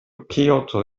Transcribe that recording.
kyoto